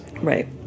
Right